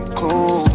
cool